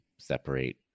separate